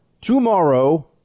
tomorrow